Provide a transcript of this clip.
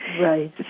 right